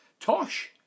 tosh